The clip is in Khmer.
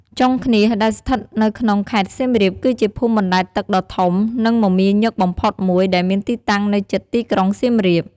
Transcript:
ចុងឃ្នាស ដែលស្ថិតនៅក្នុង ខេត្តសៀមរាប គឺជាភូមិបណ្ដែតទឹកដ៏ធំ និងមមាញឹកបំផុតមួយ ដែលមានទីតាំងនៅជិតទីក្រុងសៀមរាប។